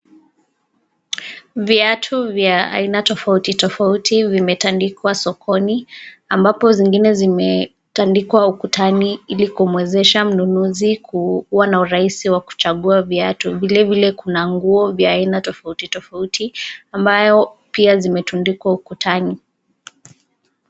Viatu vya aina tofauti tofauti zimetandikwa sokoni ambapo zingine zimetandikwa ukutani ili kumwezesha mnunuzi kuwa na urahisi wa kuchagua viatu vilevile kuna nguo vya aina tofauti tofauti ambayo pia zimetundikwa ukutani.